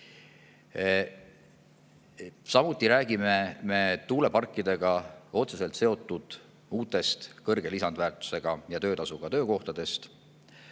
Samuti räägime me tuuleparkidega otseselt seotud uutest, kõrge lisandväärtusega ja töötasuga töökohtadest,